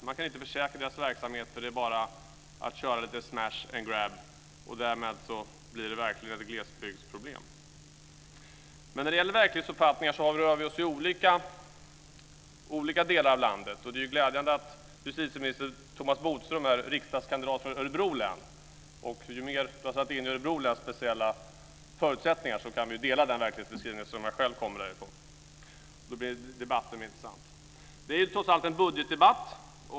Det är öppet för smash-and-grab-kupper. Man kan verkligen tala om glesbygdsproblem. Verklighetsuppfattningen ser olika ut i olika delar av landet. Det är glädjande att justitieminister Thomas Bodström är riksdagskandidat för Örebro län, som jag själv kommer ifrån. Genom att han är insatt i de speciella förutsättningar som gäller där kan vi dela samma verklighetsuppfattning, vilket gör debatten mera intressant. Det här är trots allt en budgetdebatt.